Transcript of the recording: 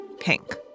pink